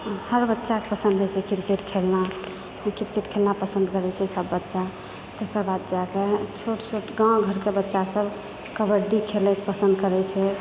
हर बच्चाके पसन्द होइत छै क्रिकेट खेलना क्रिकेट खेलना पसन्द करैत छै सभ बच्चा तकर बाद जाके छोट छोट गाँव घरकऽ बच्चासभ कबड्डी खेलयकऽ पसन्द करैत छै